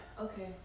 okay